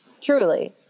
Truly